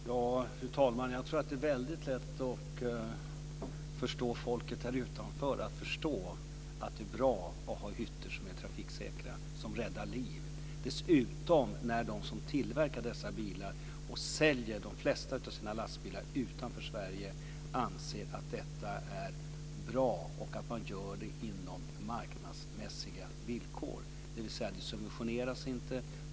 Fru talman! Jag tror att det är väldigt lätt att få folket här utanför att förstå att det är bra att ha hytter som är trafiksäkra och som räddar liv. Dessutom anser de som tillverkar dessa bilar och säljer de flesta av sina lastbilar utanför Sverige att detta är bra, och de gör det inom marknadsmässiga villkor, dvs. de subventioneras inte.